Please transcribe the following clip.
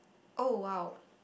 oh !wow!